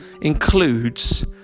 includes